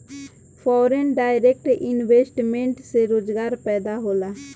foreign direct investment से रोजगार पैदा होला